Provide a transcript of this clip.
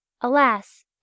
Alas